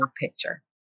picture